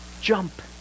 jump